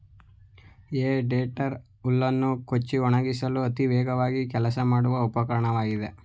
ಹೇ tedder ಹುಲ್ಲನ್ನು ಕೊಚ್ಚಿ ಒಣಗಿಸಲು ಅತಿ ವೇಗವಾಗಿ ಕೆಲಸ ಮಾಡುವ ಉಪಕರಣವಾಗಿದೆ